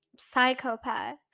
psychopath